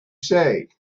say